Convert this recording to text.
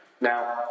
Now